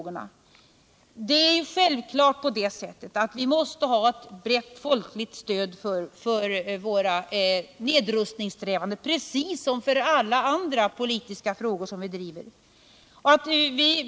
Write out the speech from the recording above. Vi måste självfallet ha ett brett folkligt stöd för våra nedrustningssträvanden — precis som för alla andra politiska frågor som vi driver.